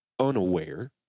unaware